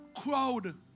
crowd